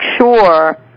sure